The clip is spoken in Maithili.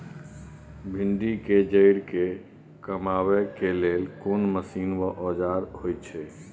भिंडी के जईर के कमबै के लेल कोन मसीन व औजार होय छै?